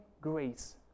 grace